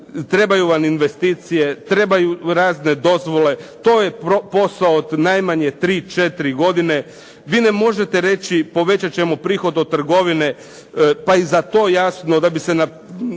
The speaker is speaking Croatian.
trebaju vam investicije, trebaju razne dozvole. To je posao od najmanje 3, 4 godine. Vi ne možete reći povećat ćemo prihod od trgovine. Pa i za to jasno da bi se,